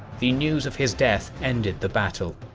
the news of his death ended the battle.